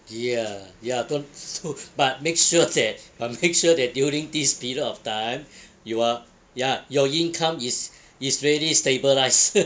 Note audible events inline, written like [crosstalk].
ya ya con~ so [laughs] but make sure that [laughs] but make sure that during this period of time you are ya your income is is very stabilised [laughs]